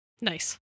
nice